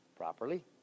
Properly